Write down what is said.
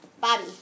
Bobby